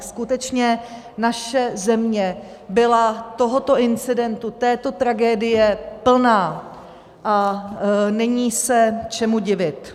Skutečně naše země byla tohoto incidentu, této tragédie plná a není se čemu divit.